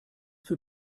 für